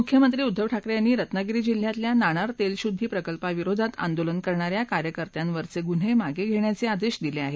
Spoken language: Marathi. मुख्यमंत्री उद्धव ठाकरे यांनी रत्नागिरी जिल्ह्यातल्या नाणार तेलशुद्धी प्रकल्पाविरोधात आंदोलन करणाऱ्या कार्यकर्त्यांवरचे गुन्हे मागे घेण्याचे आदेश दिले आहेत